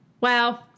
Wow